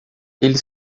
ele